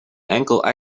enkel